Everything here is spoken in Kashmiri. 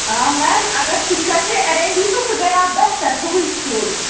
آ میم اَگر سُہ تہِ گژھِ اٮ۪رینجٕے تہٕ سُہ گٔیو بہتر تُہُندِ تھروٗوٕے